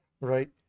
Right